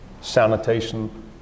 sanitation